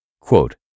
Quote